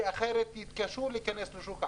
כי אחרת יתקשו להיכנס לשוק העבודה.